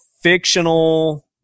Fictional